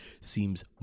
seems